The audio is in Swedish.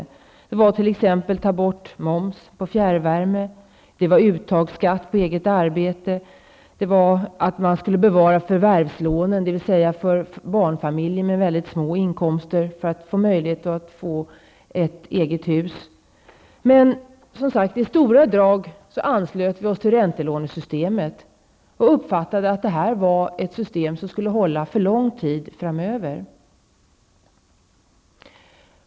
Våra förslag gällde t.ex. borttagande av moms på fjärrvärme, utagsskatt på eget arbete, bevarande av förvärvslånen, dvs. för barnfamiljer med mycket små inkomster för att de skulle få möjlighet att skaffa ett eget hus. Men i stora drag anslöt sig vänsterpartiet till räntelånesystemet och uppfattade att det var ett system som skulle hålla lång tid framöver.